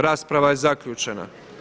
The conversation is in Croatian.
Rasprava je zaključena.